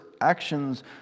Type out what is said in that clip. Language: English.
actions